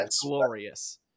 glorious